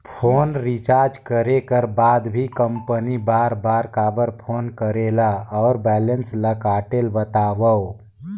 Phone recharge करे कर बाद भी कंपनी बार बार काबर फोन करेला और बैलेंस ल काटेल बतावव?